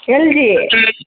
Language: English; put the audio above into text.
LG